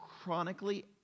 chronically